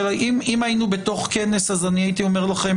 אם היינו בתוך כנס אז הייתי אומר לכם